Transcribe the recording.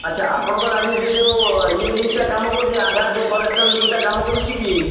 ଆଚ୍ଛା ଆପଣଙ୍କର ଆଜି ସେ ଯେଉଁ ଇଏ ଲିଙ୍କ୍ଟା କାମ କରୁଛି ଆଧାର ଯେଉଁ କରେକ୍ସନ ଲିଙ୍କ୍ଟା କାମ କରୁଛି କି